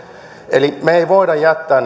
eli me emme voi jättää